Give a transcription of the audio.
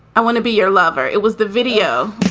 i wanna be your lover. it was the video.